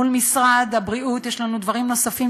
מול משרד הבריאות יש לנו דברים נוספים,